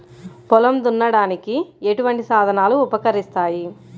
పొలం దున్నడానికి ఎటువంటి సాధనాలు ఉపకరిస్తాయి?